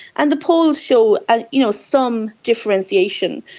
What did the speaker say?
and the polls show ah you know some differentiation.